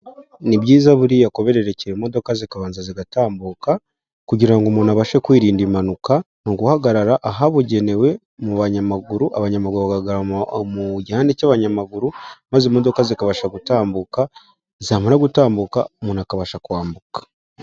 Nibyiza buriya kubererekera imodoka zikabanza zigatambuka ,kugira ngo umuntu abashe kwirinda impanuka, ni uguhagarara ahabugenewe mu banyamaguru, abanyamaguru bagahagarara muhihande cy'abanyamaguru, maze imodoka zikabasha gutambuka, zamara gutambuka ,umuntu akabasha kwambuka.